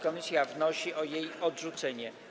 Komisja wnosi o jej odrzucenie.